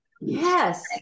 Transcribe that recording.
Yes